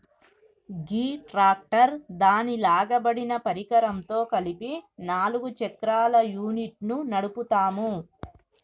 గీ tractor దాని లాగబడిన పరికరంతో కలిపి నాలుగు చక్రాల యూనిట్ను నడుపుతాము